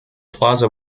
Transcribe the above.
plaza